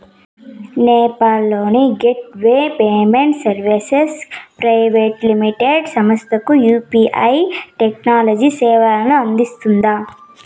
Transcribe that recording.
నేపాల్ లోని gateway payment services private limited సంస్థకు UPI technology సేవలను అందిస్తుందా?